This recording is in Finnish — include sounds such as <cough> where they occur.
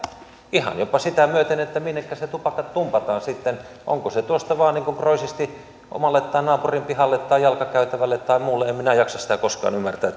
ihan jopa sitä myöten minne se tupakka sitten tumpataan tumpataanko se tuosta vain niin kuin roisisti omalle tai naapurin pihalle tai jalkakäytävälle tai muulle en minä jaksa sitä koskaan ymmärtää <unintelligible>